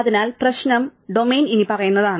അതിനാൽ പ്രശ്നം ഡൊമെയ്ൻ ഇനിപ്പറയുന്നതാണ്